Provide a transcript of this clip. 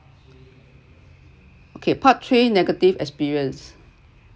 okay part three negative experience